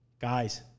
Guys